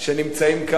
נסים.